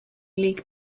league